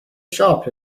shop